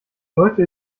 leute